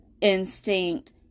instinct